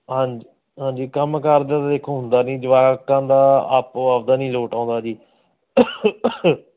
ਹਾਂਜੀ ਹਾਂਜੀ ਕੰਮ ਕਾਰ ਤਾਂ ਦੇਖੋ ਹੁੰਦਾ ਨੀ ਜੁਆਕਾਂ ਦਾ ਆਪੋ ਆਪਦਾ ਨੀ ਲੋਟ ਆਉਂਦਾ ਜੀ